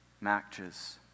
matches